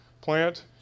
plant